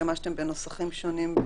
השתמשתם בנוסחים שונים.